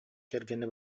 кэргэнэ